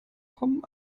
kommen